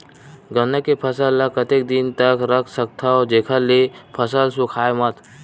गन्ना के फसल ल कतेक दिन तक रख सकथव जेखर से फसल सूखाय मत?